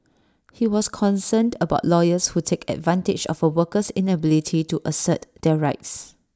he was concerned about lawyers who take advantage of A worker's inability to assert their rights